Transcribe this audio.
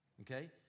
Okay